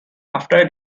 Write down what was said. after